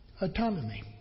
autonomy